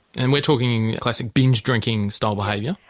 and we're talking classic binge drinking style behaviour?